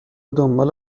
دنبال